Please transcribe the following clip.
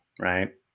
right